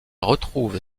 retrouve